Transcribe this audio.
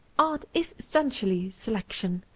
art is essentially selection,